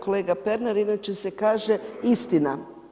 Kolega Pernar, inače se kaže istina.